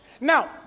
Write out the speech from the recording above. now